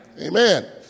Amen